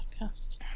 podcast